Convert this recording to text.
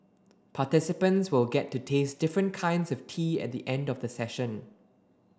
participants will get to taste different kinds of tea at the end of the session